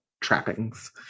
trappings